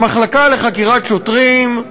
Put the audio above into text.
המחלקה לחקירות שוטרים,